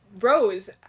Rose